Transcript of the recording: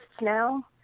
now